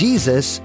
Jesus